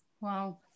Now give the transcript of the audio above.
Wow